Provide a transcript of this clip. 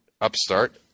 upstart